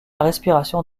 respiration